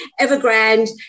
Evergrande